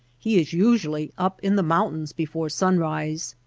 he is usually up in the mountains before sunrise.